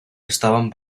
estaban